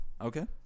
Okay